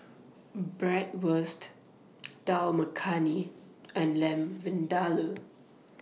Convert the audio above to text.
Bratwurst Dal Makhani and Lamb Vindaloo